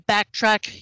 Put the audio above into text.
Backtrack